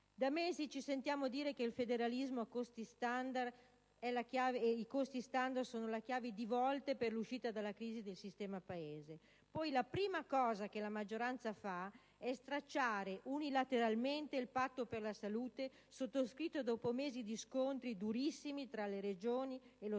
Da mesi ci sentiamo dire che il federalismo e i costi standard sono la chiave di volta per l'uscita dalla crisi del sistema Paese, e poi la prima cosa che la maggioranza fa è stracciare unilateralmente il Patto per la salute sottoscritto, dopo mesi di scontri durissimi tra le Regioni e lo Stato,